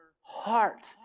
heart